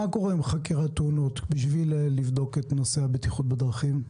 מה קורה עם חקירת תאונות בשביל לבדוק את נושא הבטיחות בדרכים?